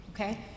okay